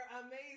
amazing